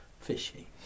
fishy